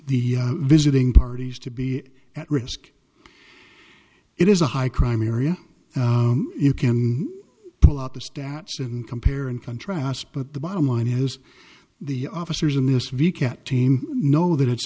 the visiting parties to be at risk it is a high crime area you can pull out the stats and compare and contrast but the bottom line is the officers in this view kept team know that it's